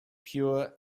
pure